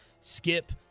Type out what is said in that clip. Skip